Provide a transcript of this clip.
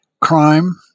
crime